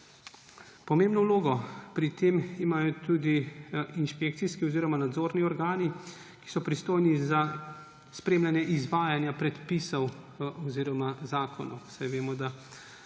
Pomembno vlogo pri tem imajo tudi inšpekcijski oziroma nadzorni organi, ki so pristojni za spremljanje izvajanja predpisov oziroma zakonov;